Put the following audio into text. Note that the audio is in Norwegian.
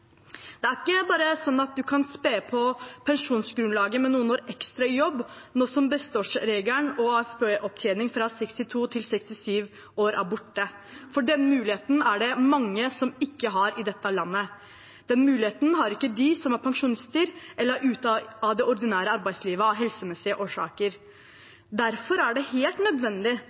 Det er ikke bare sånn at man kan spe på pensjonsgrunnlaget med noen år ekstra i jobb nå som besteårsregelen og AFP-opptjening fra 62 til 67 år er borte – for den muligheten er det mange som ikke har i dette landet. Den muligheten har ikke de som er pensjonister, eller de som er ute av det ordinære arbeidslivet av helsemessige årsaker. Derfor er det helt nødvendig